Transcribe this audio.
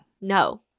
No